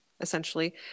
essentially